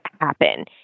happen